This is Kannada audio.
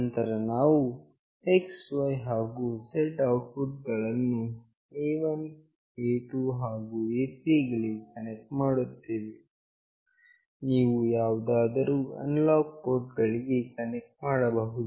ನಂತರ ನಾವು XY ಹಾಗು Z ನ ಔಟ್ಪುಟ್ ಗಳನ್ನು A1A2 ಹಾಗು A3 ಗಳಿಗೆ ಕನೆಕ್ಟ್ ಮಾಡುತ್ತೇವೆ ನೀವು ಯಾವುದಾದರು ಅನಲಾಗ್ ಪೋರ್ಟ್ ಗಳಿಗೆ ಕನೆಕ್ಟ್ ಮಾಡಬಹುದು